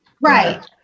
Right